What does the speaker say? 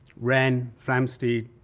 wren, flamsteed,